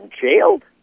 jailed